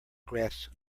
grasp